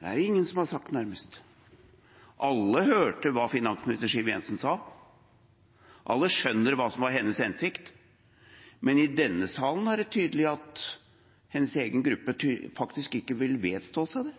det er det nærmest ingen som har sagt. Alle hørte hva finansminister Siv Jensen sa, alle skjønner hva som var hennes hensikt, men i denne salen er det tydelig at hennes egen gruppe ikke vil vedstå seg det.